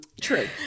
True